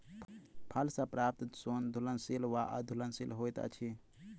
फल सॅ प्राप्त सोन घुलनशील वा अघुलनशील होइत अछि